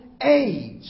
age